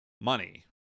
money